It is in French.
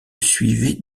suivaient